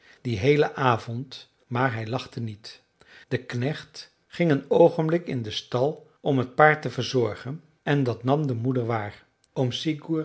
dien heelen avond maar hij lachte niet de knecht ging een oogenblik in den stal om het paard te verzorgen en dat nam de moeder waar